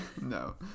No